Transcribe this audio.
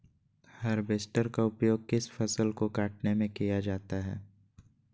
Harvester का उपयोग किस फसल को कटने में किया जाता है?